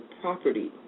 property